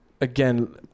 again